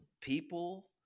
people